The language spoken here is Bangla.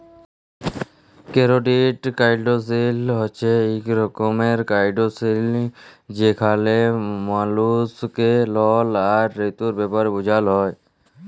কেরডিট কাউলসেলিং হছে ইক রকমের কাউলসেলিংযেখালে মালুসকে লল আর ঋলের ব্যাপারে বুঝাল হ্যয়